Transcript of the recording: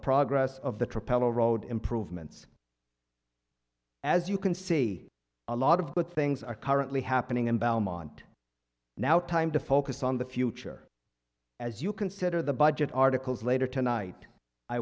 progress of the trip of a road improvements as you can see a lot of good things are currently happening in belmont now time to focus on the future as you consider the budget articles later tonight i